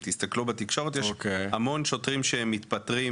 אם תסתכלו בתקשורת יש המון שוטרים שמתפטרים,